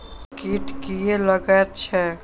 कीट किये लगैत छै?